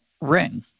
ring